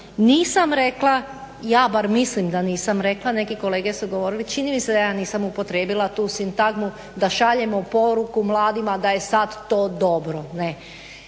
Nisam rekla, ja bar mislim da nisam rekla, neki kolege su govorili, čini mi se da ja nisam upotrijebila tu sintagmu da šaljemo poruku mladima da je sad to dobro.